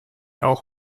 auch